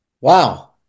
Wow